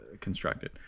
constructed